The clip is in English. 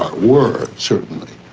were certainly.